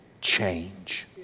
change